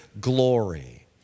glory